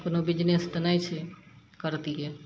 कोनो बिजनेस तऽ नहि छै करतियै